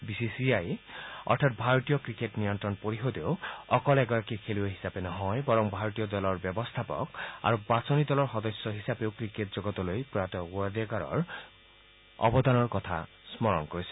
B C C I অৰ্থাৎ ভাৰতীয় cricket নিয়ন্ত্ৰণ পৰিষদেও অকল এগৰাকী খেলুৱৈ হিচাপে নহয় বৰং ভাৰতীয় দলৰ ব্যৱস্থাপক আৰু বাছনি দলৰ সদস্য হিচাপেও ক্ৰিকেট জগতলৈ প্ৰয়াত ৱাডেকাৰৰ অৱদানৰ কথা স্মৰণ কৰিছে